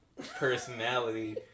Personality